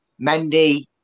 Mendy